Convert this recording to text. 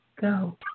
go